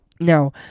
Now